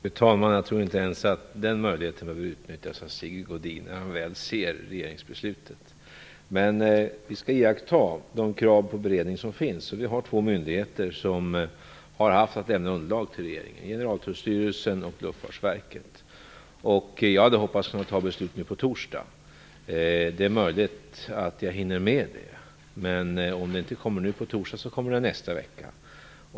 Fru talman! Jag tror inte ens att den möjligheten behöver utnyttjas av Sigge Godin när han väl ser regeringsbeslutet. Vi skall dock iaktta de krav på beredning som finns, och vi har två myndigheter som har haft att lämna underlag till regeringen, nämligen Generaltullstyrelsen och Luftfartsverket. Jag hade hoppats kunna ta beslutet på torsdag. Det är möjligt att jag hinner med det, men om det inte kommer nu på torsdag, kommer det nästa vecka.